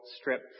strip